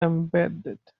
embedded